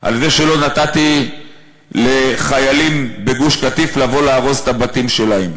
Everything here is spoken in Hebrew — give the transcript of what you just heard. על זה שלא נתתי לחיילים בגוש-קטיף לא להרוס את הבתים שלהם.